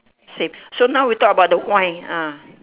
six so now we talk about the wine ah